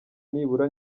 nibura